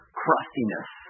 crustiness